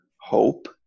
hope